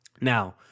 Now